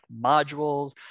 modules